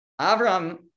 Avram